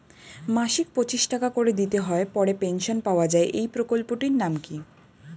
মাসিক পঁচিশ টাকা করে দিতে হয় পরে পেনশন পাওয়া যায় এই প্রকল্পে টির নাম কি?